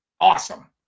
awesome